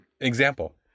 Example